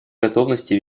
готовности